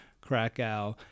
Krakow